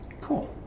Cool